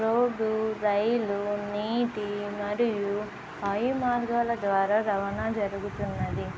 road రైలు నీటి మరియు వాయు మార్గాల ద్వారా రవాణా జరుగుతున్నది